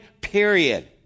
Period